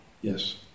Yes